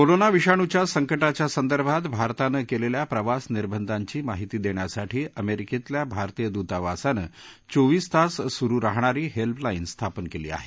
corona विषाणूच्या संकटाच्या संदर्भात भारतानं केलेल्या प्रवास निर्बंधांची माहिती देण्यासाठी अमेरिकेतल्या भारतीय दूतावासाने चोवीस तास सुरु राहणारी हेल्पलाईन स्थापन केली आहे